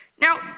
Now